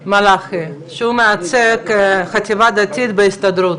מלאכי, שמייצג את החטיבה הדתית בהסתדרות.